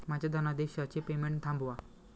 माझ्या धनादेशाचे पेमेंट थांबवा